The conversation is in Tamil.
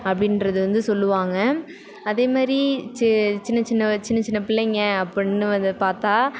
அப்படின்றது வந்து சொல்லுவாங்க அதேமாதிரி சி சின்ன சின்ன சின்ன சின்ன பிள்ளைங்க அப்புடின்னு வந்து பார்த்தா